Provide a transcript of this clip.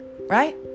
right